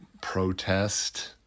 protest